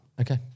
Okay